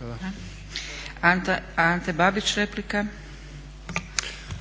replika. **Babić, Ante (HDZ)**